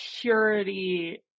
purity